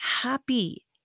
happy